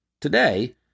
Today